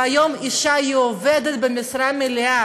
והיום האישה עובדת במשרה מלאה.